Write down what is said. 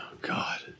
God